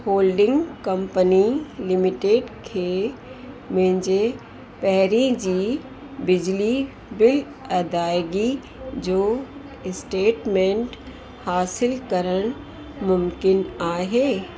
holding company limited खे मुंहिंजे पहिरें जी बिजली बिल अदाइगी जो स्टेटमेंट हासिलु करणु मुमकिनु आहे